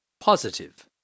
Positive